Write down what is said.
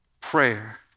prayer